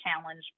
challenge